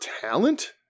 talent